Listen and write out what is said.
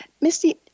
Misty